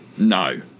No